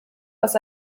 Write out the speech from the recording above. aus